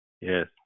Yes